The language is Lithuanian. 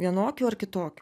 vienokių ar kitokių